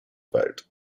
vote